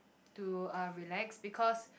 to uh relax because